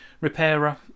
repairer